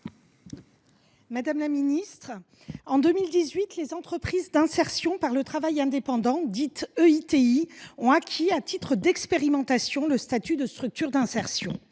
Madame la ministre, en 2018, les entreprises d’insertion par le travail indépendant, dites EITI, ont acquis le statut de structure d’insertion